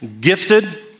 gifted